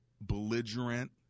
belligerent